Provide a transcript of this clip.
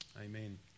Amen